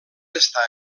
està